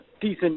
decent